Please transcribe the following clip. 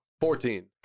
Fourteen